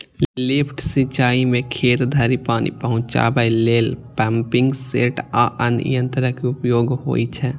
lift सिंचाइ मे खेत धरि पानि पहुंचाबै लेल पंपिंग सेट आ अन्य यंत्रक उपयोग होइ छै